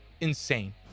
insane